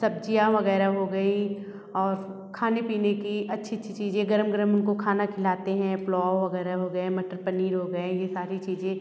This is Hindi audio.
सब्ज़ियाँ वग़ैरह हो गई और खाने पीने की अच्छी अच्छी चीज़े गरम गर्म उनको खाना खिलाते हैं पुलाव वग़ैरह हो गए मटर पनीर हो गए ये सारी चीज़े